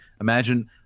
Imagine